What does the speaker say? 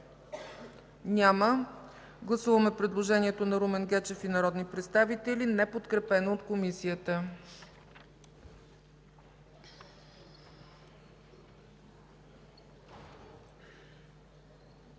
Няма. Гласуваме предложението на Румен Гечев и група народни представители, неподкрепено от Комисията.